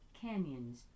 canyons